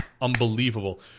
unbelievable